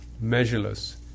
measureless